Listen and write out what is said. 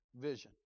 vision